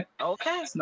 okay